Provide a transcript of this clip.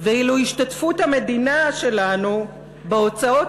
ואילו השתתפות המדינה שלנו בהוצאות